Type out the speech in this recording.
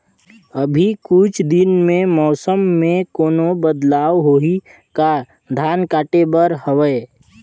अभी कुछ दिन मे मौसम मे कोनो बदलाव होही का? धान काटे बर हवय?